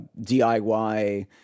DIY